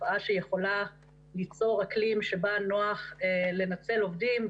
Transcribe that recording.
תופעה שיכולה ליצור אקלים שבה נוח לנצל עובדים,